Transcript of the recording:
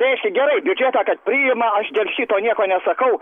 reiškia gerai biudžetą kad priima aš dėl šito nieko nesakau